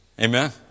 Amen